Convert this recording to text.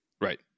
right